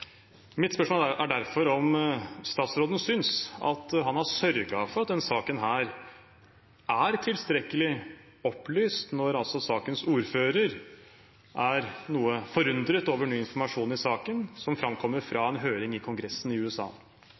Mitt spørsmål er derfor om statsråden synes at han har sørget for at denne saken er tilstrekkelig opplyst, når sakens ordfører er noe forundret over ny informasjon i saken, som er framkommet i en høring i Kongressen i USA.